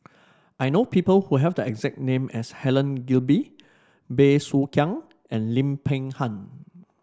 I know people who have the exact name as Helen Gilbey Bey Soo Khiang and Lim Peng Han